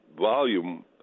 volume